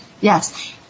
yes